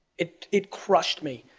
it it crushed me.